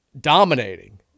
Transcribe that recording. ...dominating